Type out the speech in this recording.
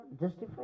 justify